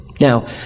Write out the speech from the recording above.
Now